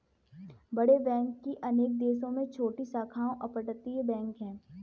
बड़े बैंक की अनेक देशों में छोटी शाखाओं अपतटीय बैंक है